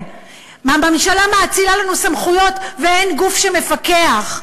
הממשלה מאצילה לנו סמכויות ואין גוף שמפקח.